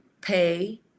pay